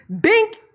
bink